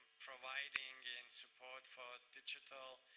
providing in support for digital